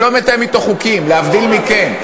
אני לא מתאם אתו חוקים, להבדיל מכם.